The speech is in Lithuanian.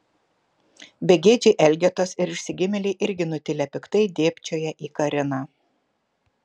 begėdžiai elgetos ir išsigimėliai irgi nutilę piktai dėbčioja į kariną